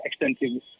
extensive